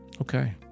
okay